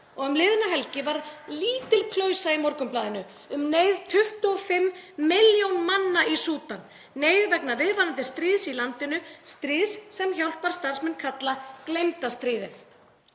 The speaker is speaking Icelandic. Og um liðna helgi var lítil klausa í Morgunblaðinu um neyð 25 milljóna manna í Súdan, neyð vegna viðvarandi stríðs í landinu, stríðs sem hjálparstarfsmenn kalla „gleymda stríðið“.